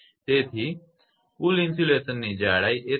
તેથી કુલ ઇન્સ્યુલેશનની જાડાઈ એ 3